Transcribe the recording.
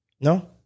No